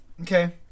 okay